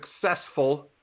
successful